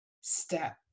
step